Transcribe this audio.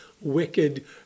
wicked